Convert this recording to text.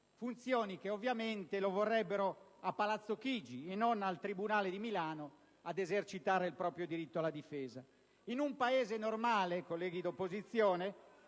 funzioni che ovviamente lo vorrebbero a Palazzo Chigi e non al tribunale di Milano ad esercitare il proprio diritto alla difesa. In un Paese normale, colleghi dell'opposizione,